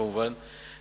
כמובן,